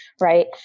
right